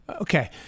Okay